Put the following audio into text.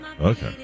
Okay